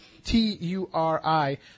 T-U-R-I